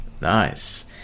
Nice